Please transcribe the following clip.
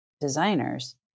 designers